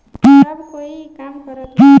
सब कोई ई काम करत बा